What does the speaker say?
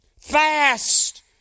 Fast